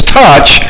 touch